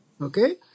okay